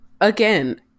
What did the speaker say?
Again